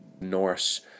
Norse